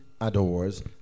adores